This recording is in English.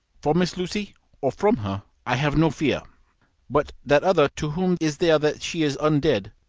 for miss lucy or from her, i have no fear but that other to whom is there that she is un-dead,